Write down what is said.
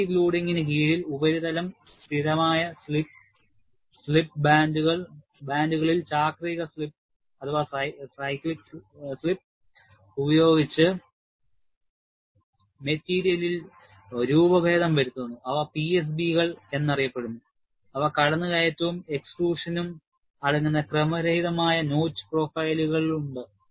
fatigue ലോഡിംഗിന് കീഴിൽ ഉപരിതലം സ്ഥിരമായ സ്ലിപ്പ് ബാൻഡുകളിൽ ചാക്രിക സ്ലിപ്പ് ഉപയോഗിച്ച് മെറ്റീരിയൽ രൂപഭേദം വരുത്തുന്നു അവ PSB കൾ എന്നറിയപ്പെടുന്നു അവ കടന്നുകയറ്റവും എക്സ്ട്രൂഷനും അടങ്ങുന്ന ക്രമരഹിതമായ നോച്ച് പ്രൊഫൈലുകളുണ്ട്